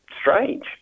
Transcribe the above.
strange